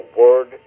word